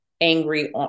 angry